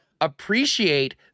appreciate